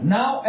Now